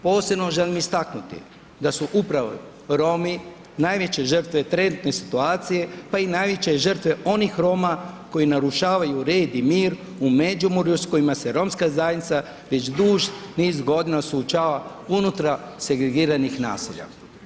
Posebno želim istaknuti da su upravo Romi najveće žrtve trenutne situacije, pa i najveće žrtve onih Roma koji narušavaju red i mir u Međimurju sa kojima se romska zajednica već duži niz godina suočava unutar segregiranih naselja.